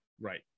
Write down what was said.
Right